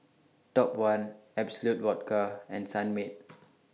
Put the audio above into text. Top one Absolut Vodka and Sunmaid